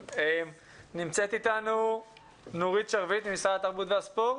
נמצאת איתנו נורית שרביט ממשרד התרבות והספורט?